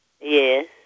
Yes